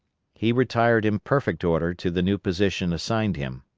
he retired in perfect order to the new position assigned him.